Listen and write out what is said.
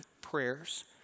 prayers